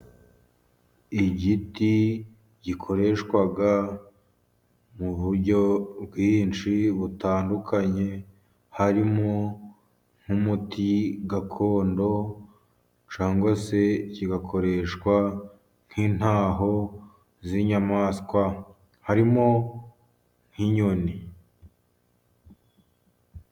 Igiti gikoreshwa mu buryo bwinshi butandukanye, harimo nk'umuti gakondo, cyangwa se kigakoreshwa nk'intaho z'inyamaswa harimo nk'inyoni.